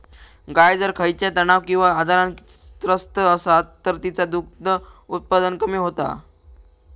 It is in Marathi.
गाय जर खयच्या तणाव किंवा आजारान त्रस्त असात तर तिचा दुध उत्पादन कमी होता